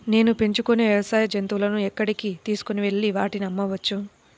నేను పెంచుకొనే వ్యవసాయ జంతువులను ఎక్కడికి తీసుకొనివెళ్ళి వాటిని అమ్మవచ్చు?